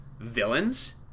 villains